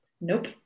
nope